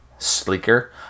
sleeker